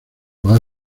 puede